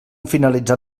finalitzar